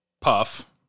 Puff